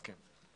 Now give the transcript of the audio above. מסכים.